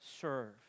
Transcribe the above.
serve